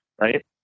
right